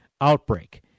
outbreak